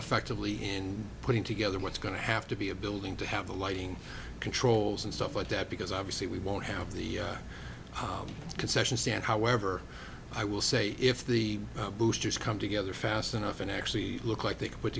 affectively in putting together what's going to have to be a building to have the lighting controls and stuff like that because obviously we won't have the concession stand however i will say if the boosters come together fast enough and actually look like they